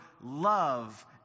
love